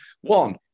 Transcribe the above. One